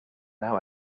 now